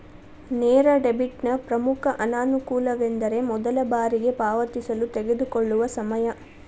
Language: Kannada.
ನೇರ ಡೆಬಿಟ್ನ ಪ್ರಮುಖ ಅನಾನುಕೂಲವೆಂದರೆ ಮೊದಲ ಬಾರಿಗೆ ಪಾವತಿಸಲು ತೆಗೆದುಕೊಳ್ಳುವ ಸಮಯ